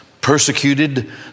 persecuted